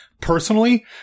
personally